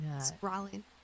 sprawling